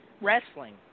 wrestling